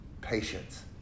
patience